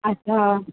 اَچھا